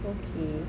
okay